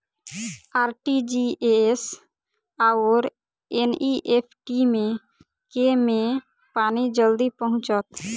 RTGS आओर NEFT मे केँ मे पानि जल्दी पहुँचत